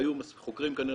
היו חוקרים כנראה,